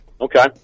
Okay